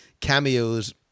cameos